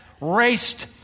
raced